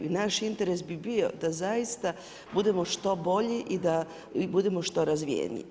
I naš interes bi bio da zaista budemo što bolji i da budemo što razvijeniji.